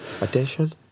attention